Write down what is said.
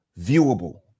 viewable